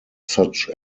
such